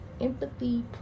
empathy